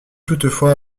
toutefois